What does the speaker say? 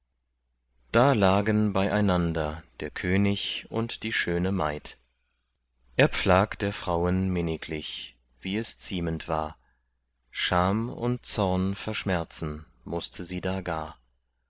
da lagen beieinander der könig und die schöne maid er pflag der frauen minniglich wie es ziemend war scham und zorn verschmerzen mußte sie da gar